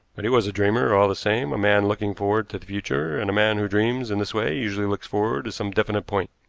but he was a dreamer, all the same a man looking forward to the future, and a man who dreams in this way usually looks forward to some definite point.